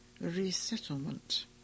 resettlement